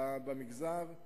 במגזר.